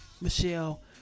Michelle